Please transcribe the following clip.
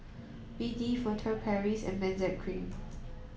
B D Furtere Paris and Benzac cream